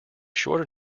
short